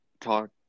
talk